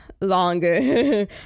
longer